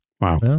Wow